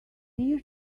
peer